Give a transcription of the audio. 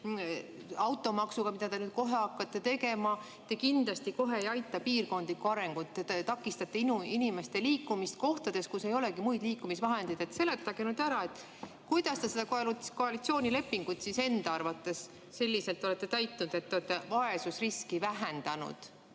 automaksuga, mida te nüüd kohe hakkate tegema, te kohe kindlasti ei aita piirkondlikku arengut. Te takistate inimeste liikumist kohtades, kus ei olegi muid liikumisvahendeid. Seletage nüüd ära, kuidas te seda koalitsioonilepingut siis enda arvates selliselt olete täitnud, et olete vaesusriski vähendanud